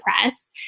press